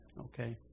okay